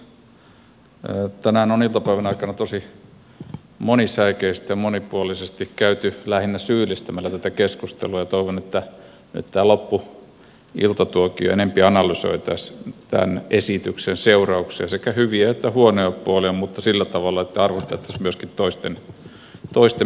tänään on iltapäivän aikana tosi monisäikeisesti ja monipuolisesti käyty lähinnä syyllistämällä tätä keskustelua ja toivon että tämä loppuiltatuokio enempi analysoitaisiin tämän esityksen seurauksia sekä hyviä että huonoja puolia mutta sillä tavalla että arvostettaisiin myöskin toistemme mielipiteitä